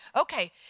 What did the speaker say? Okay